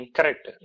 Correct